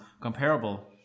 comparable